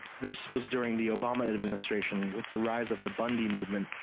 this was during the obama administration with the rise of the bundy movement,